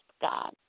God